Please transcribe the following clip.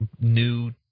New